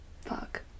fuck